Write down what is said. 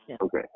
Okay